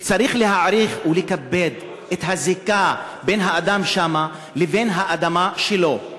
צריך להעריך ולכבד את הזיקה בין האדם שם לבין האדמה שלו.